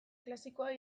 klasikoa